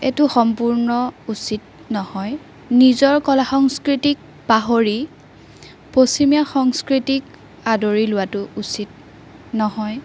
এইটো সম্পূৰ্ণ উচিত নহয় নিজৰ কলা সংস্কৃতিক পাহৰি পশ্চিমীয়া সংস্কৃতিক আদৰি লোৱাটো উচিত নহয়